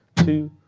two,